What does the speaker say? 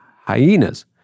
hyenas